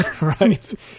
Right